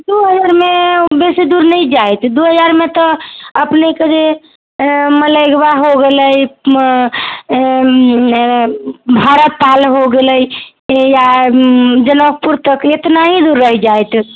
दू हजार मे बेसी दूर नहि जायत दू हजार मे तऽ अपनेके जे मलेगवा हो गेलै भरत ताल हो गेलै जनकपुर तक एतना ही रहि जायत